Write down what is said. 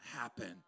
happen